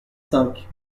cinq